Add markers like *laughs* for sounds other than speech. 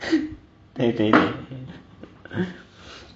*laughs* 对对对